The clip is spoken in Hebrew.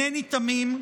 אינני תמים.